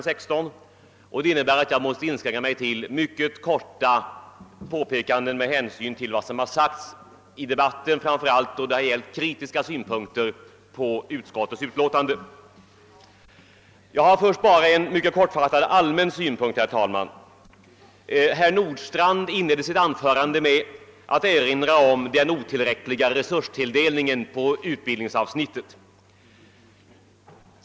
16; det innebär att jag måste inskränka mig till att göra några mycket korta påpekanden om vad som har sagts i debatten, framför allt om kritiska synpunkter på utskottets utlåtande. Jag vill först mycket kortfattat anföra en allmän synpunkt. Herr Nordstrandh inledde sitt anförande med att erinra om den otillräckliga resurstilldelningen på utbildningsavsnittet.